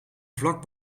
vlak